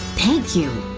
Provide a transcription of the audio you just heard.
thank you!